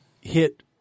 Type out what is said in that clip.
hit